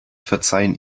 verzeihen